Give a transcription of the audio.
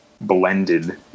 blended